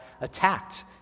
attacked